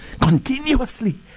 continuously